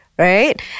right